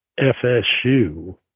FSU